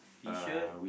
T shirt